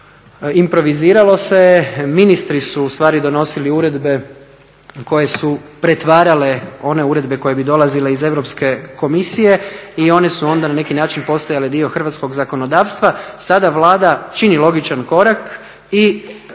improviziralo se je, ministru su ustvari donosili uredbe koje su pretvarale one uredbe koje bi dolazile iz Europske komisije i one su onda na neki način postajale dio hrvatskog zakonodavstva, sada Vlada čini logičan korak i